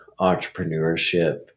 entrepreneurship